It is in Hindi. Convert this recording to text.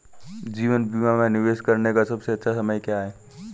जीवन बीमा में निवेश करने का सबसे अच्छा समय क्या है?